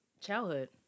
Childhood